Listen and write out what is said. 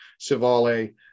Sivale